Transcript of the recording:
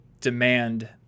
demand